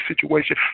situation